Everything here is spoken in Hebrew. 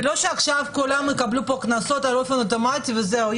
זה לא שעכשיו כולם יקבלו פה קנסות באופן אוטומטי וזהו,